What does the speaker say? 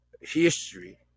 history